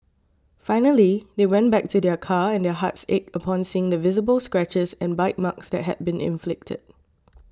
finally they went back to their car and their hearts ached upon seeing the visible scratches and bite marks that had been inflicted